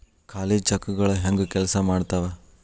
ಖಾಲಿ ಚೆಕ್ಗಳ ಹೆಂಗ ಕೆಲ್ಸಾ ಮಾಡತದ?